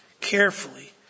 Carefully